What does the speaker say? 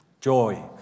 joy